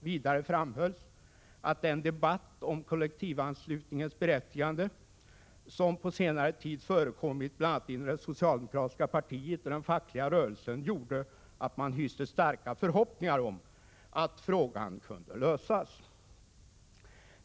Vidare framhölls att den debatt om kollektivanslutningens berättigande som hade förekommit bl.a. inom det socialdemokratiska partiet och den fackliga rörelsen gjorde att man hyste starka förhoppningar om att frågan kunde lösas.